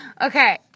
Okay